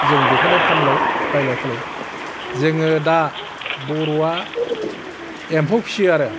जों बेखौनो फानलाय बायलाय खालामो जोङो दा बर'आ एम्फौ फिसियो आरो